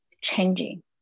changing